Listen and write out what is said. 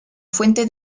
fuente